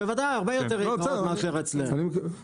בוודאי, הרבה יותר יקרות מאשר אצלנו.